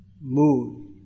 mood